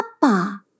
Papa